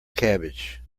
cabbage